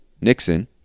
Nixon